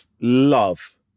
love